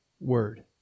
word